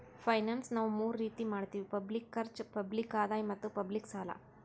finance ನಾವ್ ಮೂರ್ ರೀತಿ ಮಾಡತ್ತಿವಿ ಪಬ್ಲಿಕ್ ಖರ್ಚ್, ಪಬ್ಲಿಕ್ ಆದಾಯ್ ಮತ್ತ್ ಪಬ್ಲಿಕ್ ಸಾಲ